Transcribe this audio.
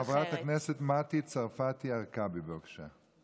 חברת הכנסת מטי צרפתי הרכבי, בבקשה.